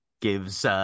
gives